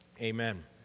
Amen